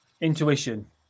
Intuition